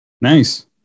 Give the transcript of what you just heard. Nice